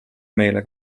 meile